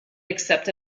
except